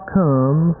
come